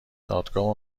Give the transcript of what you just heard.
دادگاهها